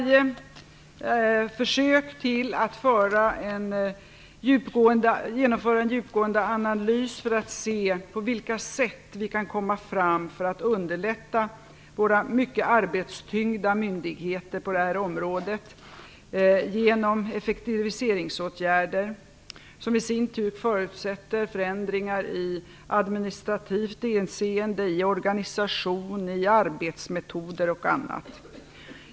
Det har gjorts försök till en djupgående analys för att se på vilka sätt vi kan komma fram för att underlätta för våra mycket arbetstyngda myndigheter på detta område genom effektiviseringsåtgärder som i sin tur förutsätter förändringar i administrativt hänseende, i organisation, i arbetsmetoder och annat.